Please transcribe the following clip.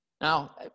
Now